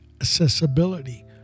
accessibility